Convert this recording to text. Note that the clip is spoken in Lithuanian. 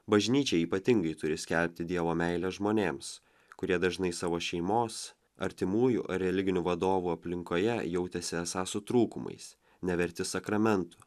bažnyčia ypatingai turi skelbti dievo meilę žmonėms kurie dažnai savo šeimos artimųjų ar religinių vadovų aplinkoje jautėsi esą su trūkumais neverti sakramento